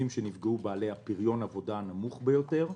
בעלי פריון העבודה הנמוך ביותר,